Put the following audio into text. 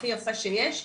הכי יפה שיש,